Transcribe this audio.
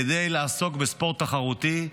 כדי לעסוק בספורט תחרותי,